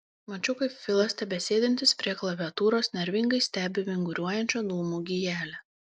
mačiau kaip filas tebesėdintis prie klaviatūros nervingai stebi vinguriuojančią dūmų gijelę